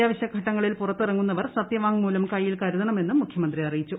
അത്യാവശ്യ ഘട്ടങ്ങളിൽ പുറത്തിരുങ്ങുന്നവർ സത്യവാങ്മൂലം കൈയിൽ കരുതണമെന്നും മുഖ്യമീന്തി അറിയിച്ചു